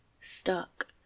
stuck